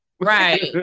right